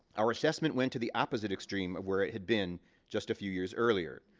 our assessment went to the opposite extreme of where it had been just a few years earlier.